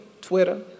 Twitter